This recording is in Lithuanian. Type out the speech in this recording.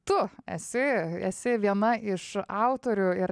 tu esi esi viena iš autorių ir